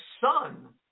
son